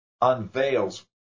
unveils